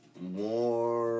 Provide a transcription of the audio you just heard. more